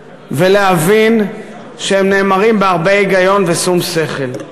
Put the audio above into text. ולהבין שהם נאמרים בהרבה היגיון ושום שכל.